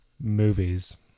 Movies